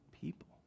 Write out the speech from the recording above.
people